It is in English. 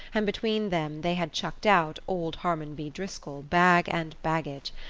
and between them they had chucked out old harmon b. driscoll bag and baggage,